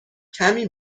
کمی